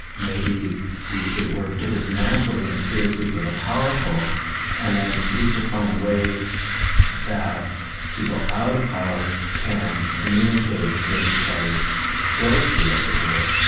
maybe we should work to dismantle the conspiracies of the powerful and then seek to find ways that people out of power can communicate with each other closely, as it were,